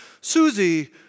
Susie